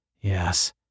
Yes